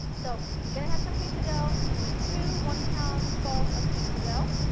so, going to have some pizza dough you need two one pound balls of pizza dough.